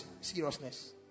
seriousness